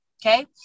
Okay